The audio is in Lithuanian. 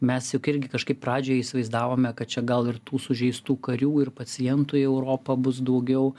mes juk irgi kažkaip pradžioj įsivaizdavome kad čia gal ir tų sužeistų karių ir pacientų į europą bus daugiau